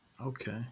Okay